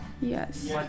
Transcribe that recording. Yes